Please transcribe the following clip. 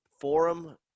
forum